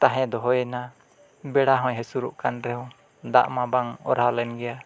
ᱛᱟᱦᱮᱸ ᱫᱚᱦᱚᱭᱮᱱᱟ ᱵᱮᱲᱟ ᱦᱚᱸᱭ ᱦᱟᱹᱥᱩᱨᱚᱜ ᱠᱟᱱ ᱨᱮᱦᱚᱸ ᱫᱟᱜᱼᱢᱟ ᱵᱟᱝ ᱚᱨᱦᱟᱣᱞᱮᱱ ᱜᱮᱭᱟ